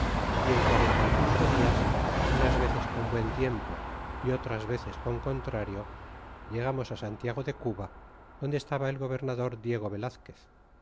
y en quarenta y cinco dias unas veces con buen tiempo y otras veces con contrario llegamos santiago de cuba donde estaba el gobernador diego velazquez